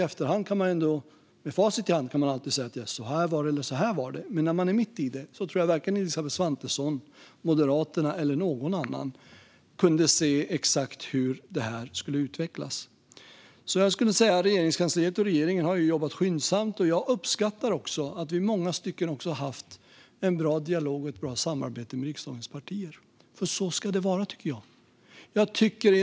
Med facit i hand kan man alltid säga "så här var det", men när vi var mitt uppe i det kunde nog varken Moderaternas Elisabeth Svantesson eller någon annan se exakt hur detta skulle utvecklas. Jag skulle säga att Regeringskansliet och regeringen har jobbat skyndsamt. Jag uppskattar också att vi i många stycken har haft en bra dialog och ett bra samarbete med riksdagens partier. Så ska det vara tycker jag.